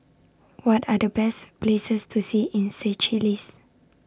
What Are The Best Places to See in Seychelles